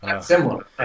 Similar